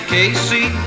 Casey